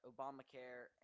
Obamacare